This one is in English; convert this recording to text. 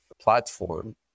platform